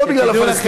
לא בגלל הפלסטינים.